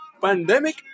pandemic